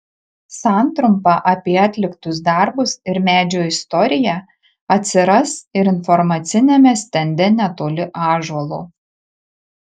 santrumpa apie atliktus darbus ir medžio istoriją atsiras ir informaciniame stende netoli ąžuolo